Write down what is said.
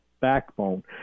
backbone